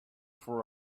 for